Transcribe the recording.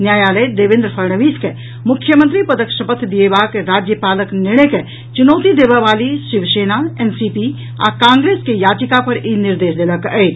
न्यायालय देवेन्द्र फड़नवीस के मुख्यमंत्री पदक शपथ दिएबाक राज्यपालक निर्णय के चुनौती देबऽवाली शिवसेना एनसीपी आ कांग्रेस के याचिका पर ई निर्देश देलक अछि